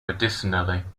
medicinally